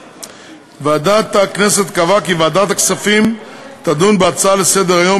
ועדת הכנסת קבעה כי ועדת הכספים תדון בהצעות לסדר-היום